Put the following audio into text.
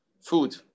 food